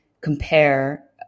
compare